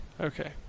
okay